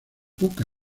poca